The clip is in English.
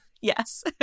Yes